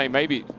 ah maybe,